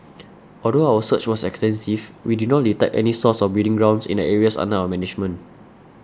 although our search was extensive we did not detect any source or breeding grounds in the areas under our management